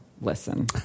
listen